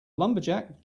lumberjack